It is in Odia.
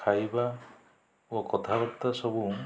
ଖାଇବା ଓ କଥାବାର୍ତ୍ତା ସବୁ